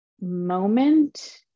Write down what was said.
moment